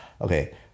okay